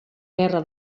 guerra